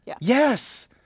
Yes